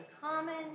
common